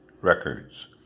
Records